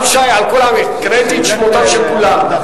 גם שי, הקראתי את השמות של כולם.